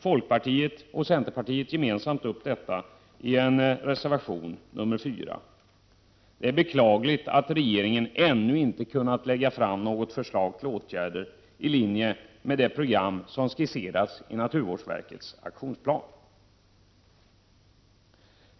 Folkpartiet och centerpartiet följer gemensamt upp dessa frågor i reservation 4. Det är beklagligt att regeringen ännu inte kunnat lägga fram något förslag till åtgärd i linje med det program som skisseras i naturvårdsverkets aktionsplan.